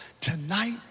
Tonight